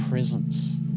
presence